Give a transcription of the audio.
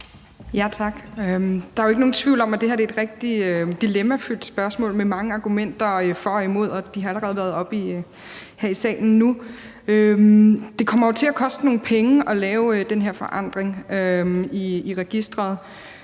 Tak. Der er jo ikke nogen tvivl om, at det her er et rigtig dilemmafyldt spørgsmål med mange argumenter for og imod, og de har allerede været oppe her i salen nu. Det kommer jo til at koste nogle penge at lave den her forandring i registeret,